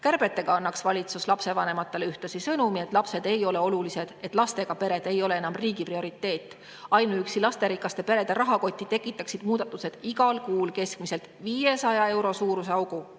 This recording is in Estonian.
annaks valitsus lapsevanematele ühtlasi sõnumi, et lapsed ei ole olulised, et lastega pered ei ole enam riigi prioriteet. Ainuüksi lasterikaste perede rahakotti tekitaksid muudatused igal kuul keskmiselt 500 euro suuruse augu.